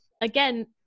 again